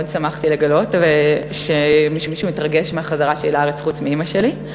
מאוד שמחתי לגלות שמישהו מתרגש מהחזרה שלי לארץ חוץ מאימא שלי.